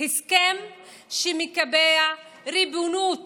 הסכם שמקבע ריבונות